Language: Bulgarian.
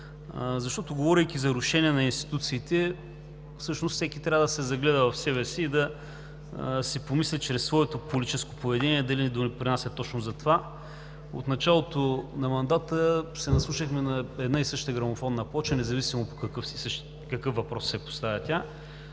зала. Говорейки за рушене на институциите, всъщност всеки трябва да се загледа в себе си и да си помисли чрез своето политическо поведение дали не допринася точно за това. От началото на мандата се наслушахме на една и съща грамофонна плоча, независимо по какъв въпрос се поставя тя.